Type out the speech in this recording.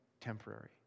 temporary